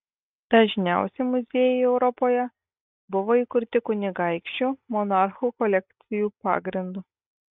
dažniausiai muziejai europoje buvo įkurti kunigaikščių monarchų kolekcijų pagrindu